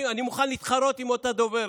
אני מוכן להתחרות עם אותה דוברת.